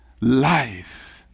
life